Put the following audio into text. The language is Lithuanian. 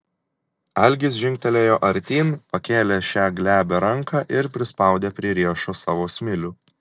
algis žingtelėjo artyn pakėlė šią glebią ranką ir prispaudė prie riešo savo smilių